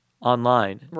online